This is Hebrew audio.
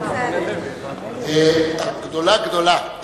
גדולה גדולה.